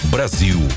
Brasil